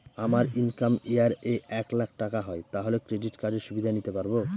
আমার income year এ এক লাক টাকা হয় তাহলে ক্রেডিট কার্ড এর সুবিধা নিতে পারবো?